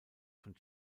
von